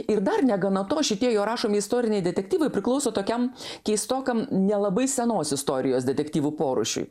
ir dar negana to šitie jo rašomi istoriniai detektyvai priklauso tokiam keistokam nelabai senos istorijos detektyvų porūšiui